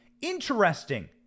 Interesting